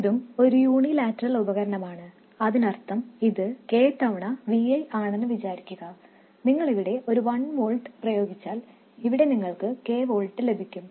ഇതും ഒരു യൂണിലാറ്ററൽ ഉപകരണമാണ് അതിനർഥം ഇത് k തവണ V i ആണെന്ന് വിചാരിക്കുക നിങ്ങൾ ഇവിടെ ഒരു വൺ വോൾട്ട് പ്രയോഗിച്ചാൽ ഇവിടെ നിങ്ങൾക്ക് k വോൾട്ട് ലഭിക്കും